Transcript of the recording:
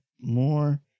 more